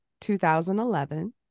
2011